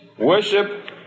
Worship